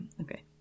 okay